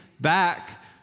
back